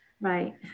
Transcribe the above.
Right